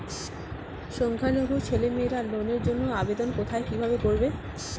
সংখ্যালঘু ছেলেমেয়েরা লোনের জন্য আবেদন কোথায় কিভাবে করবে?